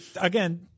again